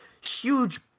huge